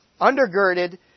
undergirded